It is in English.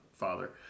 father